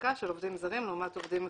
העסקה של עובדים זרים לעומת עובדים מקומיים.